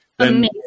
amazing